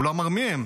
הוא לא אמר מי הם,